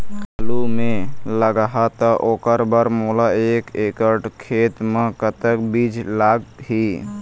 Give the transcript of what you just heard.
आलू मे लगाहा त ओकर बर मोला एक एकड़ खेत मे कतक बीज लाग ही?